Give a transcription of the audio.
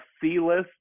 C-list